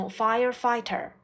firefighter